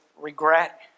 regret